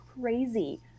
crazy